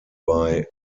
bei